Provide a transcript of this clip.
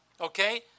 Okay